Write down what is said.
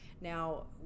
Now